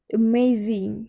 amazing